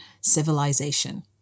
civilization